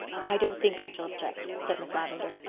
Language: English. i don't think i shall object, said miss lavendar.